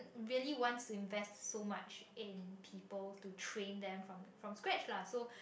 really wants to invest so much in people to train them from from grads lah so